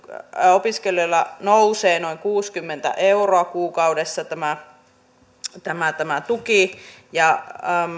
opiskelijoilla nousee noin kuusikymmentä euroa kuukaudessa tämä tämä tuki ja